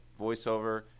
voiceover